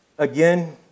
Again